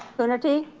coonerty.